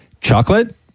chocolate